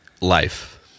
life